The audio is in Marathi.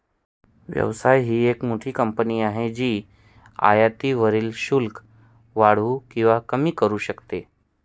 व्यवसाय ही एक मोठी कंपनी आहे जी आयातीवरील शुल्क वाढवू किंवा कमी करू शकते